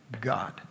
God